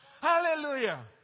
Hallelujah